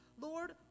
Lord